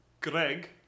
Greg